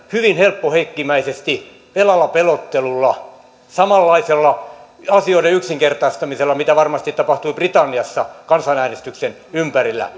hyvin helppoheikkimäisesti velalla pelottelulla samanlaisella asioiden yksinkertaistamisella mitä varmasti tapahtui britanniassa kansanäänestyksen ympärillä